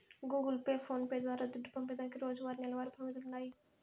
Google Pay, phones ద్వారా దుడ్డు పంపేదానికి రోజువారీ, నెలవారీ పరిమితులుండాయి